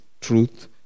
Truth